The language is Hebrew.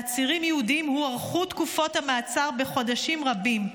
לעצירים יהודים הוארכו תקופות המעצר בחודשים רבים,